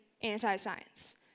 Anti-Science